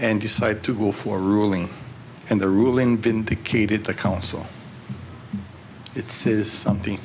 and decide to go for ruling and the ruling vindicated the council it says something